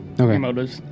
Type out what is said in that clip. Okay